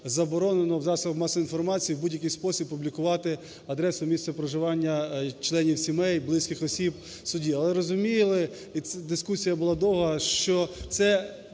заборонено в засобах масової інформації в будь-який спосіб публікувати адресу, місце проживання членів сімей, близьких осіб судді. Але розуміли, дискусія була довга, що це